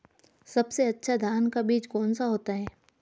सबसे अच्छा धान का बीज कौन सा होता है?